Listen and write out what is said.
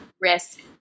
risk